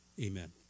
Amen